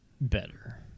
better